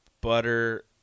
butter